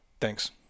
thanks